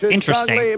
interesting